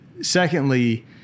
secondly